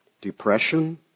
depression